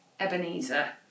Ebenezer